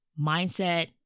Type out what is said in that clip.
mindset